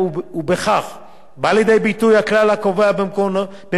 ובכך בא לידי ביטוי הכלל הקבוע במקורותינו: